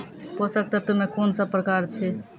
पोसक तत्व मे कून सब प्रकार अछि?